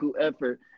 effort